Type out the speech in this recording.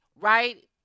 right